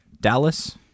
Dallas